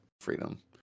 freedom